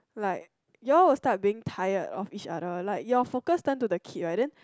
like you all will start being tired of each other like your focus turn to the kid right then